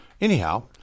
Anyhow